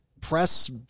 press